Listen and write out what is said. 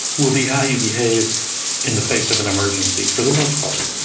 will be how you behave in the face of an emergency for the most part,